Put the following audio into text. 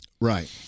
right